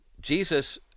Jesus